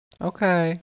Okay